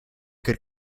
could